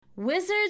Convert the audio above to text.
Wizards